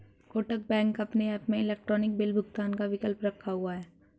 Kotak bank अपने app में electronic bill भुगतान का विकल्प रखा हुआ है